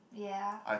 yeah